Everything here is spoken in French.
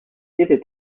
était